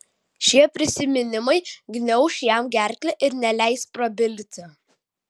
šie prisiminimai gniauš jam gerklę ir neleis prabilti